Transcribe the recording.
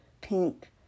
pink